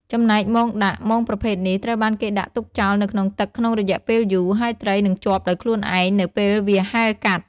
ចំណែកមងដាក់ មងប្រភេទនេះត្រូវបានគេដាក់ទុកចោលនៅក្នុងទឹកក្នុងរយៈពេលយូរ ហើយត្រីនឹងជាប់ដោយខ្លួនឯងនៅពេលវាហែលកាត់។